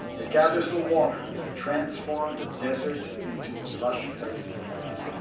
it gathers the water that transformed a desert into a lush place to live.